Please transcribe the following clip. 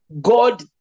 God